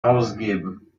ausgeben